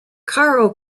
caro